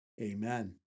Amen